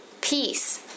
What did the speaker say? peace